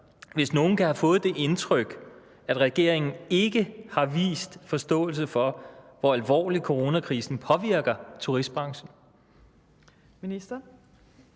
hvis nogle kan have fået det indtryk, at regeringen ikke har vist forståelse for, hvor alvorligt coronakrisen påvirker turistbranchen?